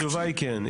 התשובה היא כן.